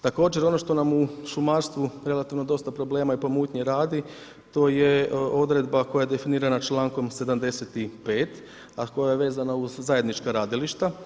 Također, ono što nam u šumarstvu relativno dosta problema i pomutnje radi, to je odredba koja je definirana čl. 75., a koja je vezana uz zajednička radilišta.